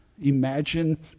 Imagine